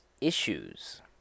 issues